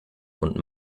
und